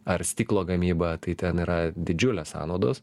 ar stiklo gamybą tai ten yra didžiulės sąnaudos